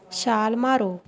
ਛਾਲ ਮਾਰੋ